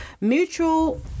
Mutual